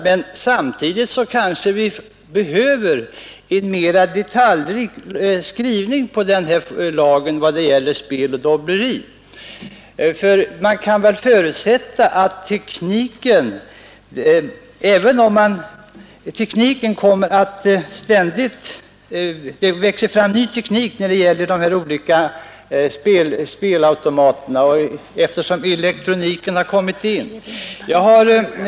Men samtidigt kanske vi behöver en mer detaljrik skrivning vad gäller lagen om spel och dobbleri. Man kan väl förutsätta att det ständigt kommer att växa fram ny teknik när det gäller de olika spelautomaterna allteftersom elektroniken har börjat utnyttjas också när det gäller dem.